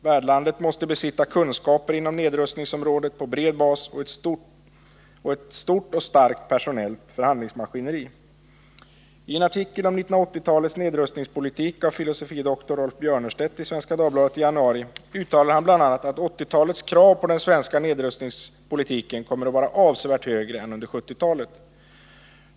Värdlandet måste besitta kunskaper inom nedrustningsområdet på bred bas och förfoga över ett stort och starkt personellt förhandlingsmaskineri. I en artikel om 1980-talets nedrustningspolitik av fil. dr. Rolf Björnerstedt i Svenska Dagbladet i januari uttalade han bl.a. att 1980-talets krav på den svenska nedrustningspolitiken kommer att vara avsevärt högre än under 1970-talet.